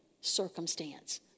circumstance